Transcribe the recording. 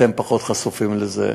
אתם פחות חשופים לזה,